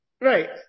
Right